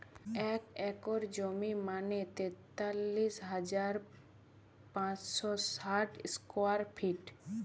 এক একর জমি মানে তেতাল্লিশ হাজার পাঁচশ ষাট স্কোয়ার ফিট